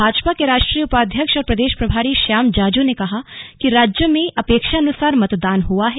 भाजपा के राष्ट्रीय उपाध्यक्ष और प्रदेश प्रभारी श्याम जाजू ने कहा कि राज्य में अपेक्षान्सार मतदान हआ है